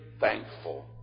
thankful